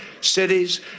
cities